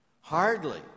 Hardly